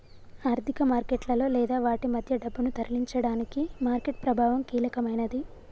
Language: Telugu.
ఆర్థిక మార్కెట్లలో లేదా వాటి మధ్య డబ్బును తరలించడానికి మార్కెట్ ప్రభావం కీలకమైనది